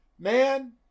Man